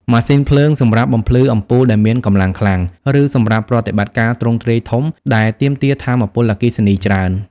ម៉ាស៊ីនភ្លើង សម្រាប់បំភ្លឺអំពូលដែលមានកម្លាំងខ្លាំង ឬសម្រាប់ប្រតិបត្តិការទ្រង់ទ្រាយធំ ដែលទាមទារថាមពលអគ្គិសនីច្រើន។